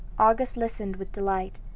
argus listened with delight,